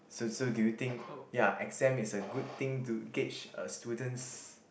so so do you think ya exam is a good thing to gauge a student's